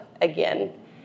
again